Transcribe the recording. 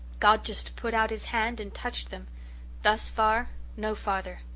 god just put out his hand and touched them thus far no farther,